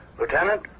Lieutenant